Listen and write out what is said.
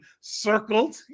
circled